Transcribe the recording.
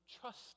trust